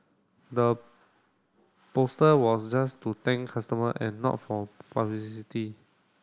the poster was just to thank customer and not for publicity